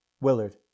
Willard